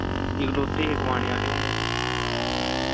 इकलौते हे कमानै आह्ले हून